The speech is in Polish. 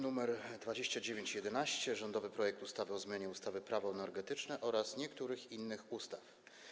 Druk nr 2911, rządowy projekt ustawy o zmianie ustawy Prawo energetyczne oraz niektórych innych ustaw.